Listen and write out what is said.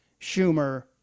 Schumer